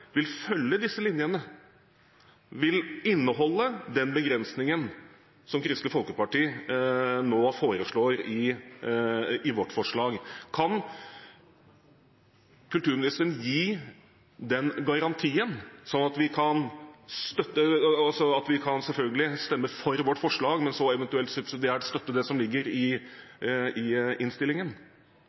vil følge disse linjene, vil inneholde den begrensningen som Kristelig Folkeparti nå har i sitt forslag. Kan kulturministeren gi den garantien, sånn at vi – selvfølgelig – kan stemme for vårt forslag, men så eventuelt subsidiært støtte det som ligger i innstillingen?